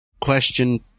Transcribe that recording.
question